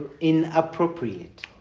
inappropriate